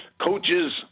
coaches